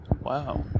Wow